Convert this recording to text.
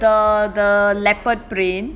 the the leopard print